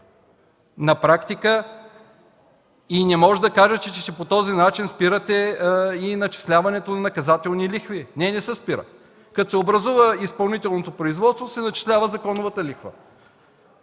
На практика не можете да кажете, че по този начин спирате и начисляването на наказателни лихви. Не, не се спира. Като се образува изпълнителното производство, се начислява законовата лихва.